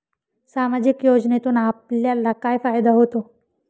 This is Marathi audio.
सामाजिक योजनेतून आपल्याला काय फायदा होतो?